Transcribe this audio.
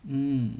mm